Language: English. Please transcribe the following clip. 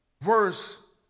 verse